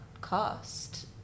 cost